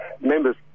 members